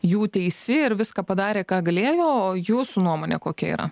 jų teisi ir viską padarė ką galėjo o jūsų nuomonė kokia yra